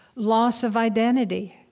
loss of identity,